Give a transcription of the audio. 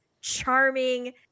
charming